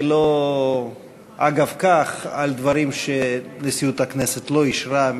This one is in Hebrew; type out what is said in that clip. ולא אגב כך על דברים שנשיאות הכנסת לא אישרה,